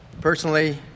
personally